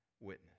witness